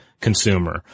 consumer